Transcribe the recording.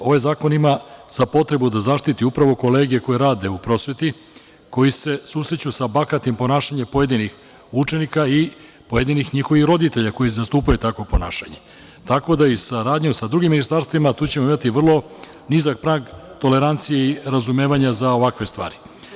Ovaj zakon ima za potrebu da zaštiti kolege koji rade u prosveti, koji se susreću sa bahatim ponašanjem pojedinih učenika i pojedinih njihovih roditelja koji zastupaju takvo ponašanje, tako da i saradnja sa drugim ministarstvima, tu ćemo imati vrlo nizak prag tolerancije i razumevanja za ovakve stvari.